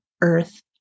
earth